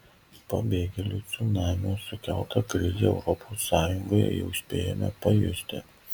pabėgėlių cunamio sukeltą krizę europos sąjungoje jau spėjome pajusti